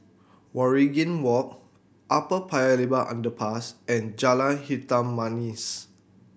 Waringin Walk Upper Paya Lebar Underpass and Jalan Hitam Manis